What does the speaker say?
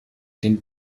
den